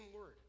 word